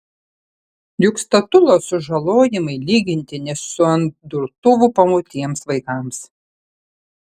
juk statulos sužalojimai lygintini su ant durtuvų pamautiems vaikams